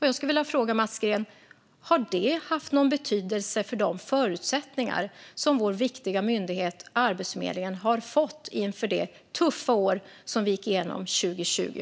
Jag skulle vilja fråga Mats Green om den har haft någon betydelse för de förutsättningar som vår viktiga myndighet Arbetsförmedlingen har haft under det tuffa år vi gick igenom 2020.